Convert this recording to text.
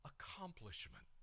accomplishment